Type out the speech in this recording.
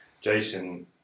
Jason